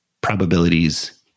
probabilities